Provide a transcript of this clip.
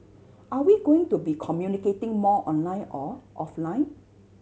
are we going to be communicating more online or offline